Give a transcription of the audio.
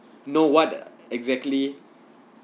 know what exactly